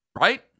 Right